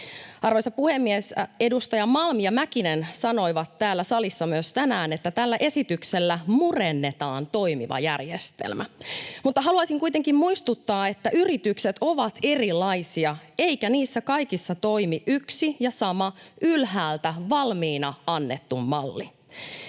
Arvoisa puhemies! Edustaja Malm ja Mäkinen sanoivat täällä salissa myös tänään, että tällä esityksellä murennetaan toimiva järjestelmä. Mutta haluaisin kuitenkin muistuttaa, että yritykset ovat erilaisia eikä niissä kaikissa toimi yksi ja sama ylhäältä valmiina annettu malli.